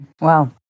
Wow